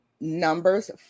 Numbers